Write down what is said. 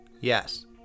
Yes